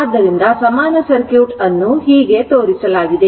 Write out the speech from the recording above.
ಆದ್ದರಿಂದ ಸಮಾನ ಸರ್ಕ್ಯೂಟ್ ಅನ್ನು ಹೀಗೆ ತೋರಿಸಲಾಗಿದೆ